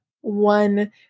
one